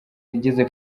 ngeze